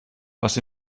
was